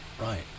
Right